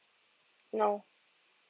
no